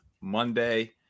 Monday